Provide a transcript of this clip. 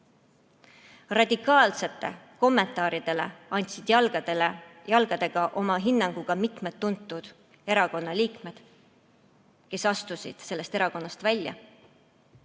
Radikaalsetele kommentaaridele andsid jalgadega oma hinnangu ka mitmed tuntud erakonna liikmed, kes astusid sellest erakonnast välja.